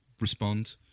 respond